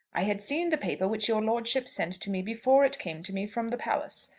i had seen the paper which your lordship sent to me before it came to me from the palace.